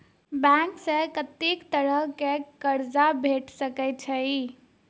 Bank सऽ कत्तेक तरह कऽ कर्जा भेट सकय छई?